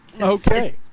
Okay